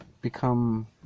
become